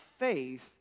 Faith